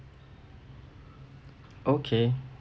okay